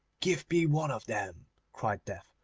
give me one of them cried death,